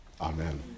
Amen